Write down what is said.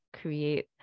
create